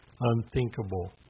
unthinkable